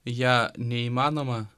ją neįmanoma